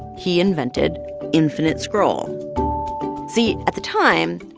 he invented infinite scroll see, at the time,